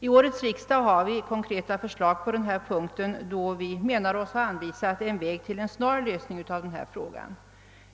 Vid årets riksdag har vi framlagt konkreta förslag på denna punkt, och vi menar oss ha anvisat en väg till snär lösning av frågan: